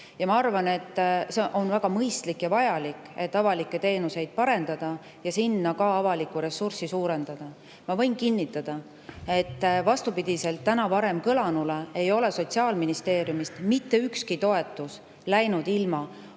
toetamine] on väga mõistlik ja vajalik [samm], et avalikke teenuseid parendada ja sinna ka avaliku ressursi [laekumist] suurendada. Ma võin kinnitada, et vastupidiselt täna varem kõlanule ei ole Sotsiaalministeeriumist mitte ükski toetus läinud välja